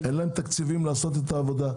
אין להם תקציבים לעשות את העבודה.